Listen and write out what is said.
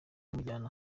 bamujyana